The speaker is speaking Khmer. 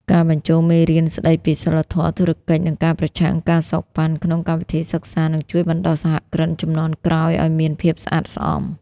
ការបញ្ចូលមេរៀនស្ដីពី "សីលធម៌ធុរកិច្ច និងការប្រឆាំង ការសូកប៉ាន់" ក្នុងកម្មវិធីសិក្សា នឹងជួយបណ្ដុះសហគ្រិនជំនាន់ក្រោយឱ្យមានភាពស្អាតស្អំ។